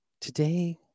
Today